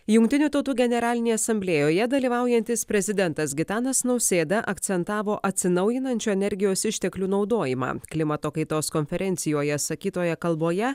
jungtinių tautų generalinėje asamblėjoje dalyvaujantis prezidentas gitanas nausėda akcentavo atsinaujinančių energijos išteklių naudojimą klimato kaitos konferencijoje sakytoje kalboje